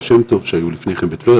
תלמידי הבעל שם טוב שהיו לפני כן בטבריה